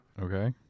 Okay